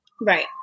Right